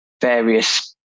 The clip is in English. various